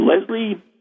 Leslie